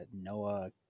noah